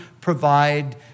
provide